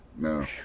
No